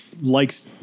likes